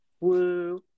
Woo